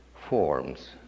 forms